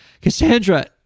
Cassandra